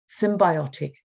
symbiotic